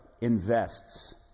invests